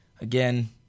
Again